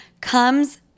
comes